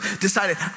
decided